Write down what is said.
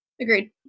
Agreed